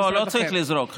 לא, לא צריך לזרוק.